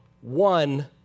one